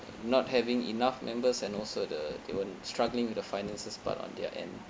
not having enough members and also the they were struggling with the finances part on their end